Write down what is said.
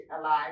alive